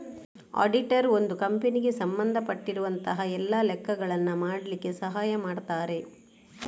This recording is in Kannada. ಅಡಿಟರ್ ಒಂದು ಕಂಪನಿಗೆ ಸಂಬಂಧ ಪಟ್ಟಿರುವಂತಹ ಎಲ್ಲ ಲೆಕ್ಕಗಳನ್ನ ಮಾಡ್ಲಿಕ್ಕೆ ಸಹಾಯ ಮಾಡ್ತಾರೆ